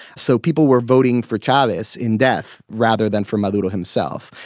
so people were voting for chavez in death rather than for maduro himself.